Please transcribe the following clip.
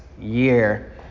year